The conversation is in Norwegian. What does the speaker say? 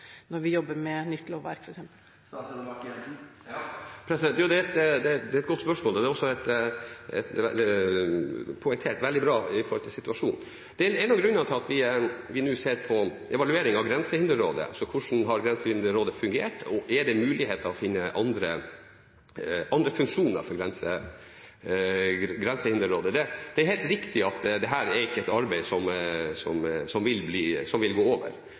når vi jobber med nytt lovverk f.eks.? Det er et godt spørsmål, og det er også poengtert veldig bra i forhold til situasjonen. Det er en av grunnene til at vi nå har en evaluering av Grensehinderrådet – hvordan har Grensehinderrådet fungert, og er det mulig å finne andre funksjoner for Grensehinderrådet. Det er helt riktig at dette er ikke et arbeid som vil gå over,